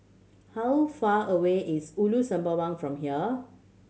how far away is Ulu Sembawang from here